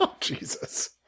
Jesus